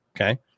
Okay